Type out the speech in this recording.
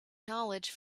knowledge